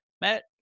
Matt